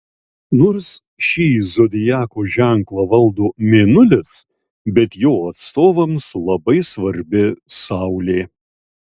nors šį zodiako ženklą valdo mėnulis bet jo atstovams labai svarbi saulė